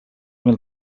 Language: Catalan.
mil